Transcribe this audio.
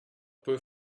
peut